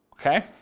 Okay